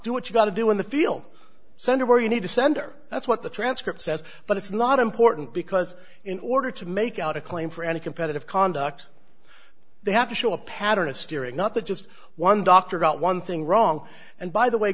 do what you've got to do in the field center where you need to send her that's what the transcript says but it's not important because in order to make out a claim for any competitive conduct they have to show a pattern of steering not the just one doctor got one thing wrong and by the way